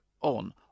on